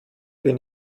bin